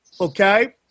Okay